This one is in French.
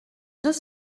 deux